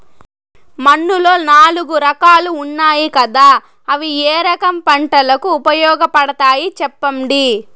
మన్నులో నాలుగు రకాలు ఉన్నాయి కదా అవి ఏ రకం పంటలకు ఉపయోగపడతాయి చెప్పండి?